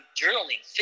journaling